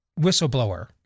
whistleblower